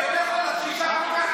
ראש העיר והפיקוח המחוזי של משרד הרווחה.